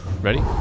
Ready